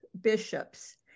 bishops